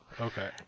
Okay